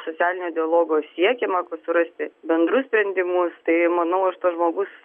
socialinio dialogo siekiama surasti bendrus sprendimus tai manau aš tas žmogus